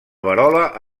verola